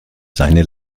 seine